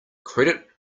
credit